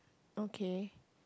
okay